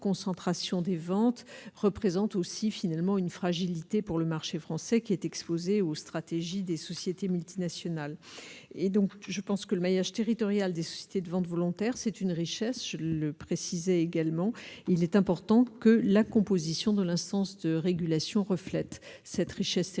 concentration des ventes représentent aussi finalement une fragilité pour le marché français, qui est exposé aux stratégies des sociétés multinationales et donc je pense que le maillage territorial des sociétés de vente volontaire, c'est une richesse le préciser également, il est important que la composition de l'instance de régulation reflète cette richesse territoriale.